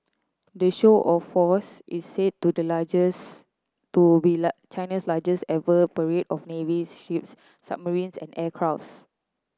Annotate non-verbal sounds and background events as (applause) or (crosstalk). the show of force is said to the largest to be (unintelligible) China's largest ever parade of naval (unintelligible) ships submarines and aircrafts